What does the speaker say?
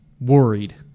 worried